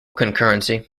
concurrency